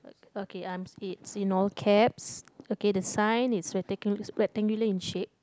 okay I am in all caps okay the sign is rec~ rectangular in shape